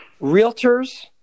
Realtors